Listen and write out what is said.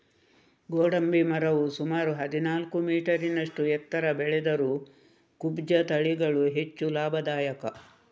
ಗೋಡಂಬಿ ಮರವು ಸುಮಾರು ಹದಿನಾಲ್ಕು ಮೀಟರಿನಷ್ಟು ಎತ್ತರ ಬೆಳೆದರೂ ಕುಬ್ಜ ತಳಿಗಳು ಹೆಚ್ಚು ಲಾಭದಾಯಕ